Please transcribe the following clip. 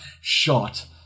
shot